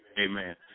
amen